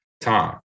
Tom